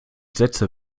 sätze